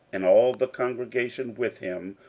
and all the congregation with him,